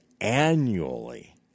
annually